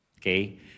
Okay